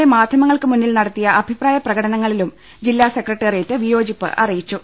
A മാധ്യമങ്ങൾക്കു മുന്നിൽ നടത്തിയ അഭിപ്രായപ്രകടനങ്ങളിലും ജില്ലാ സെക്രട്ടേറിയേറ്റ് വിയോജിപ്പ് അറിയിച്ചു